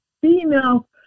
female